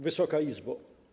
Wysoka Izbo!